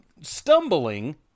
stumbling